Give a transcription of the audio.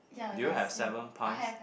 do you have seven pies